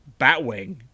batwing